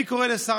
אני קורא לשר